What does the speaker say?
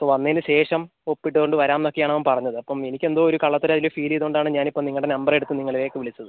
so വന്നതിന് ശേഷം ഒപ്പിട്ടുകൊണ്ട് വരാം എന്ന് ഒക്കെയാണ് അവൻ പറഞ്ഞത് അപ്പം എനിക്ക് എന്തോ ഒരു കള്ളത്തരം അതിൽ ഫീൽ ചെയ്തതുകൊണ്ടാണ് ഞാൻ ഇപ്പം നിങ്ങളുടെ നമ്പർ എടുത്ത് നിങ്ങളിലേക്ക് വിളിച്ചത്